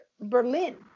Berlin